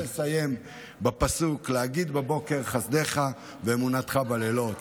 ואני רוצה לסיים בפסוק "להגיד בבוקר חסדך ואמונתך בלילות".